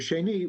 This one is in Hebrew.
ושנייה,